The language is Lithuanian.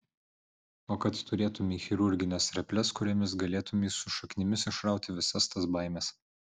o kad turėtumei chirurgines reples kuriomis galėtumei su šaknimis išrauti visas tas baimes